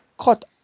cut